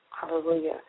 Hallelujah